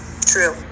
True